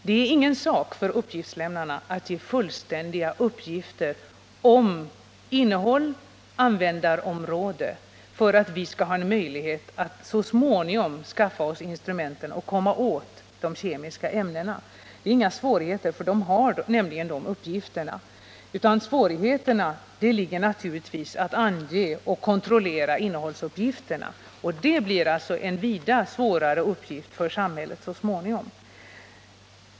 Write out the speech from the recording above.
Det är ingen sak för uppgiftslämnarna att ge fullständiga uppgifter om innehåll och användarområde för att vi skall ha en möjlighet att så småningom skaffa oss instrumenten för att komma åt de kemiska ämnena. Det är inga svårigheter, för vederbörande har nämligen uppgifterna, utan svårigheterna ligger naturligtvis i att ange och kontrollera innehållsuppgifterna. Det blir en vida svårare uppgift för samhället så småningom.